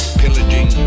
pillaging